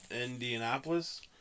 Indianapolis